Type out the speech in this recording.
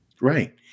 Right